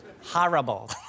Horrible